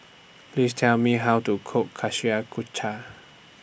Please Tell Me How to Cook